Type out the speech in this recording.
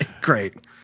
Great